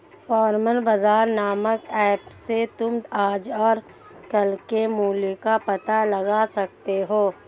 farmer बाजार नामक app से तुम आज और कल के मूल्य का पता लगा सकते हो